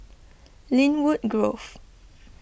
Lynwood Grove